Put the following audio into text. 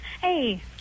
Hey